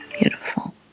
Beautiful